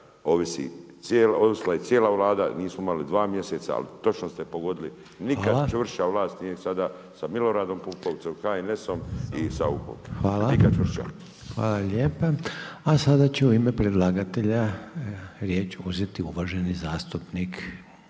ovisila je cijela vlada nismo imali dva mjeseca, ali točno ste pogodili nikad čvršća vlast nije sada sa Miloradom PUpovcem, HNS-om i Sauchom, nikad čvršća. **Reiner, Željko (HDZ)** Hvala lijepa. A sada će u ime predlagatelja riječ uzeti uvaženi zastupnik